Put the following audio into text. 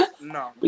No